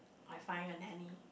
I find a nanny